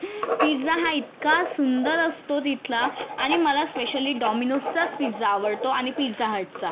pizza हा इतका सुंदर असतो तिथला आणि मला स्पेशली डॉमिनोजचाच पिझ्झा आवडतो आणि पिझ्झा हटचा